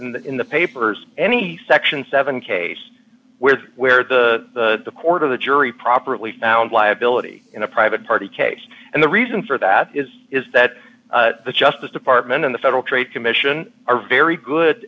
the in the papers any section seven case where where the court of the jury properly found liability in a private party case and the reason for that is is that the justice department in the federal trade commission are very good